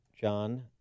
John